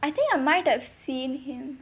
I think I might have seen him